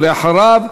ואחריו,